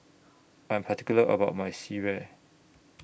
I Am particular about My Sireh